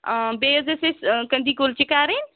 آ بیٚیہِ حظ ٲسۍ أسۍ کنٛدی کُلچہِ کَرٕنۍ